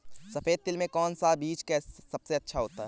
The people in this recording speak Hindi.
सफेद तिल में कौन सा बीज सबसे अच्छा होता है?